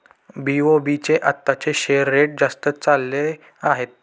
BOB चे आताचे share rate जास्तच चालले आहे